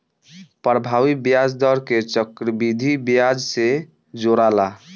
प्रभावी ब्याज दर के चक्रविधि ब्याज से जोराला